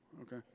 okay